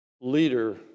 leader